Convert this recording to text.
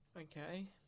Okay